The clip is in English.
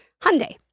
Hyundai